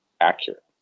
accurate